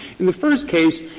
in the first case,